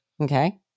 Okay